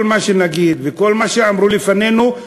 כל מה שנגיד וכל מה שאמרו לפנינו,